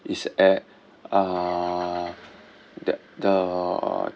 is at uh the the